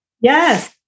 Yes